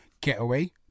getaway